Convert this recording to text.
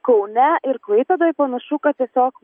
kaune ir klaipėdoj panašu kad tiesiog